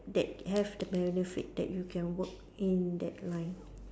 that have the benefit that you can work in that line